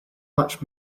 much